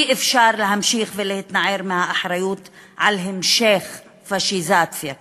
אי-אפשר להמשיך להתנער מאחריות להמשך פאשיזציה כזאת.